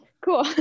Cool